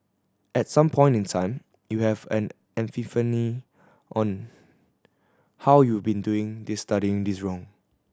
at some point in time you have an epiphany on how you been doing this studying in this wrong